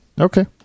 Okay